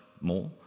more